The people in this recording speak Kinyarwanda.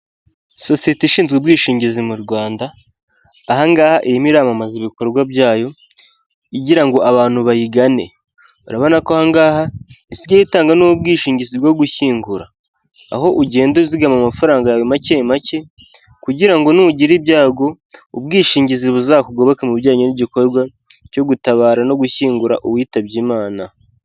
Sosiyete ishinzwe ubwishingizi mu Rwanda, aha ngaha irimo iramamaza ibikorwa byayo igira ngo abantu bayigane. Urabona ko aha ngaha isigaye itanga n'ubwishingizi bwo gushyingura. Aho ugenda uzigama amafaranga yawe make make, kugira ngo nugira ibyago ubwishingizi buzakugoboke mu bijyanye n'igikorwa cyo gutabara no gushyingura uwitabye imana.